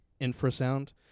infrasound